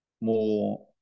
more